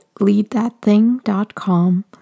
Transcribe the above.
leadthatthing.com